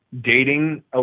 dating